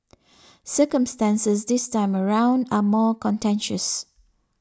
circumstances this time around are more contentious